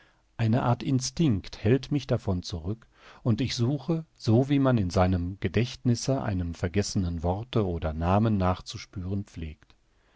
eine art instinct hält mich davon zurück und ich suche so wie man in seinem gedächtnisse einem vergessenen worte oder namen nachzuspüren pflegt